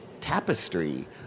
tapestry